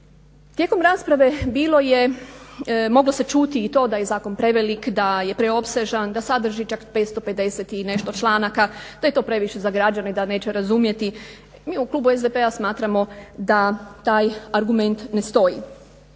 Tijekom rasprave bilo je, moglo se čuti i to da je zakon prevelik, da je preopsežan, da sadrži čak 550 i nešto članaka, da je to previše za građane, da neće razumjeti. Mi u klubu SDP-a smatramo da taj argument ne stoji.